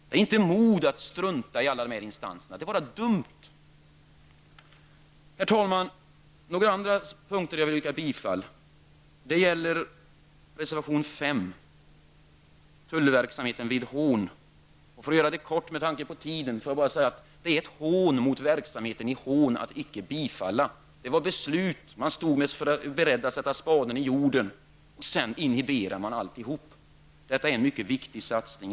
Det är inte modigt att strunta i alla dessa instanser -- det är bara dumt. Herr talman! Det är några andra reservationer som jag vill yrka bifall till. Det gäller reservation 5 tullverksamheten vid Hån. Jag menar att det är ett hån mot verksamheten i Hån att icke bifalla den reservationen. Det hade fattats beslut och man stod beredd att sätta spaden i jorden, men då inhiberades alltihop. Detta är en mycket viktig satsning.